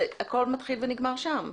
הכל מתחיל ונגמר שם.